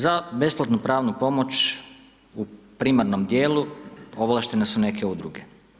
Za besplatnu pravnu pomoć u primarnom dijelu ovlaštene su neke udruge.